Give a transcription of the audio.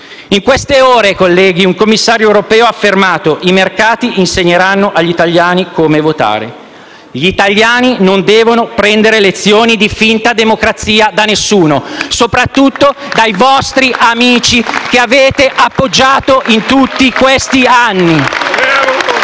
In queste ore, colleghi, un commissario europeo ha affermato: «I mercati insegneranno agli italiani come votare». Gli italiani non devono prendere lezioni di finta democrazia da nessuno, soprattutto dai vostri amici, che avete appoggiato in tutti questi